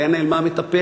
לאן נעלמה המטפלת,